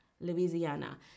Louisiana